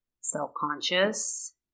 self-conscious